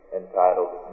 entitled